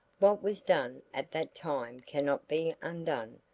what was done at that time cannot be undone.